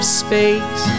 space